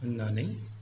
होननानै